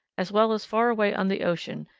as well as far away on the ocean,